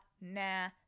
nah